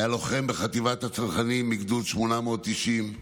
היה לוחם בחטיבת הצנחנים מגדוד 890,